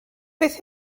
beth